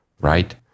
Right